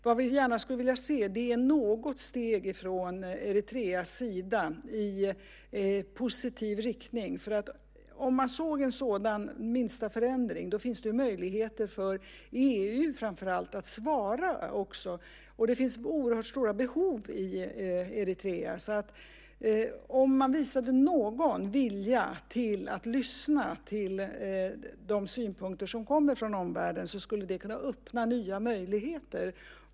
Vad vi gärna skulle vilja se är något steg från Eritreas sida i positiv riktning. Om man såg en sådan minsta förändring så finns det möjligheter för framför allt EU att svara. Det finns oerhört stora behov i Eritrea. Om man visade någon vilja där till att lyssna till de synpunkter som kommer från omvärlden så skulle det kunna öppna nya möjligheter.